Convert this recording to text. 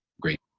Great